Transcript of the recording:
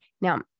Now